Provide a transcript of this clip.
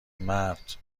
مرد